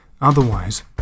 Otherwise